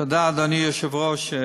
תודה, אדוני היושב-ראש.